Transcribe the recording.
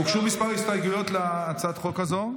הוגשו כמה הסתייגויות להצעת החוק הזאת,